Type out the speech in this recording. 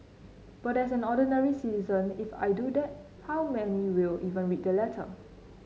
but as an ordinary citizen if I do that how many will even read the letter